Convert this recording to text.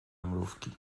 mrówki